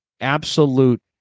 absolute